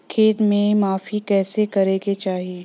खेत के माफ़ी कईसे करें के चाही?